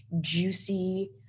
juicy